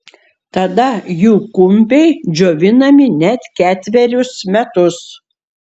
tada jų kumpiai džiovinami net ketverius metus